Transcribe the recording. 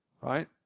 right